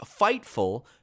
Fightful